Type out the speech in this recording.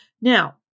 Now